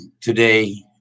today